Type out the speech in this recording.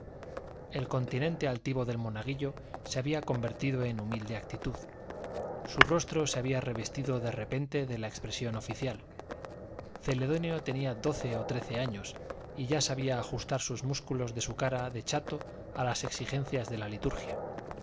el continente altivo del monaguillo se había convertido en humilde actitud su rostro se había revestido de repente de la expresión oficial celedonio tenía doce o trece años y ya sabía ajustar los músculos de su cara de chato a las exigencias de la liturgia